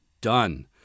done